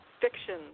fiction